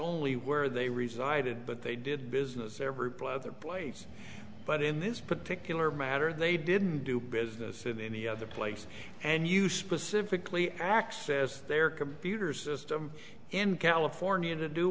only where they reside but they did business every other place but in this particular matter they didn't do business in any other place and you specifically access their computers just i'm in california t